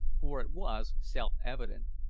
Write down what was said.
for it was self-evident.